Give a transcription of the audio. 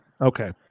Okay